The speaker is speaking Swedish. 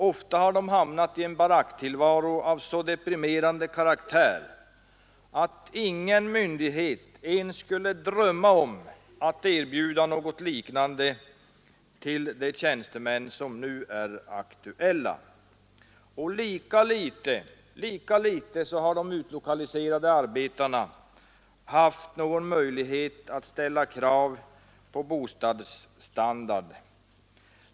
Ofta har de hamnat i en baracktillvaro av så deprimerande karaktär att ingen myndighet skulle ens drömma om att erbjuda något liknande till de tjänstemän som nu är aktuella för förflyttning.